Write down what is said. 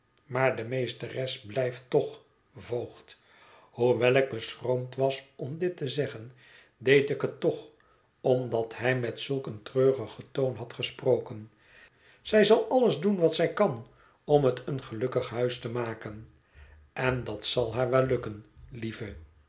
maar de meesteres blijft toch voogd hoewel ik beschroomd was om dit te zeggen deed ik het toch omdat hij met zulk een treurigen toon had gesproken zij zal alles doen wat zij kan om het een gelukkig huis te maken en dat zal haar wel gelukken lieve